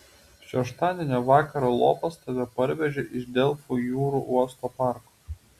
šeštadienio vakarą lopas tave parvežė iš delfų jūrų uosto parko